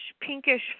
pinkish